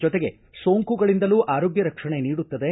ಜೊತೆಗೆ ಸೋಂಕುಗಳಿಂದಲೂ ಆರೋಗ್ಯ ರಕ್ಷಣೆ ನೀಡುತ್ತದೆ